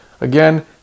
Again